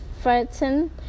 Frightened